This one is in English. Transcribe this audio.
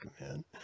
man